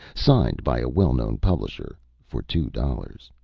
signed by a well-known publisher, for two dollars.